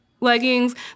leggings